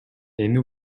эми